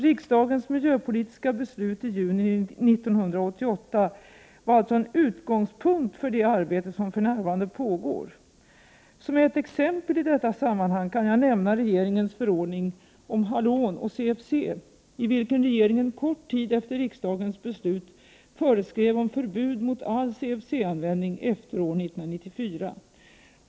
Riksdagens miljöpolitiska beslut i juni 1988 var alltså en utgångspunkt för det arbete som för närvarande pågår. Som ett exempel i detta sammanhang kan jag nämna regeringens förordning om halon och CFC, i vilken regeringen kort tid efter riksdagens beslut föreskrev om förbud mot all CFC-användning efter år 1994.